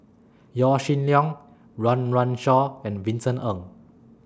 Yaw Shin Leong Run Run Shaw and Vincent Ng